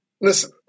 listen